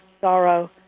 sorrow